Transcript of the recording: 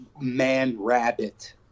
man-rabbit